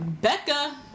Becca